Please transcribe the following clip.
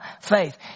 faith